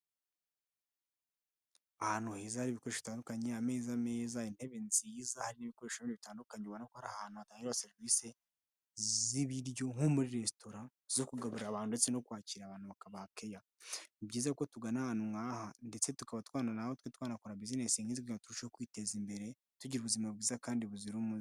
Ahantu heza hari ibikoresho bitandukanye, ameza meza, intebe nziza hari n'ibikoresho bitandukanye ubona ko ari ahantu batangira serivisi z'ibiryo nko muri resitora zo kugaburira abantu no kwakira abantu bakabaha keya. Ni byiza ko tugana ahantu nk'aha ndetse tukaba natwe twanakora bizinesi nkizi turushaho kwiteza imbere, tugira ubuzima bwiza kandi buzira umuze.